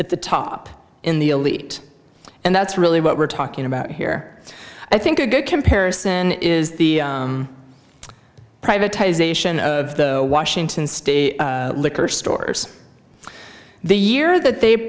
at the top in the elite and that's really what we're talking about here i think a good comparison is the privatization of the washington state liquor stores the year that they